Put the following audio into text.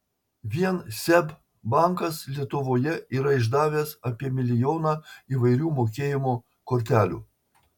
vien seb bankas lietuvoje yra išdavęs apie milijoną įvairių mokėjimo kortelių